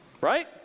Right